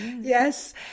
Yes